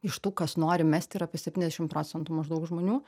iš tų kas nori mest ir apie septyniasdešim procentų maždaug žmonių